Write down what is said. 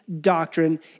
doctrine